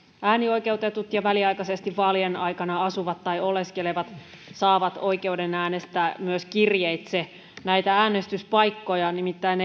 äänioikeutetut ja väliaikaisesti vaalien aikana asuvat tai oleskelevat saavat oikeuden äänestää myös kirjeitse näitä äänestyspaikkoja ei nimittäin